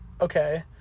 okay